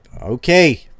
Okay